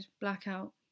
blackout